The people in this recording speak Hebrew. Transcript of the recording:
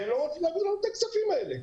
והם לא רוצים להעביר לנו את הכספים האלה.